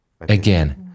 Again